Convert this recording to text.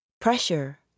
Pressure